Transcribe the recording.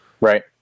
Right